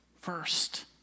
first